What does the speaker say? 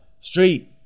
Street